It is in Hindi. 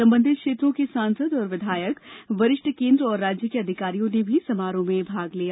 संबंधित क्षेत्रों के सांसद और विधायक और वरिष्ठ केंद्र और राज्य के अधिकारियों ने भी समारोह में भाग लिया